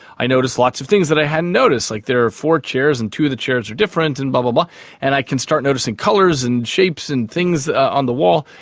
i noticed lots of things that i hadn't noticed, like there four chairs and two of the chairs are different, and but um ah and i can start noticing colours and shapes and things on the wall,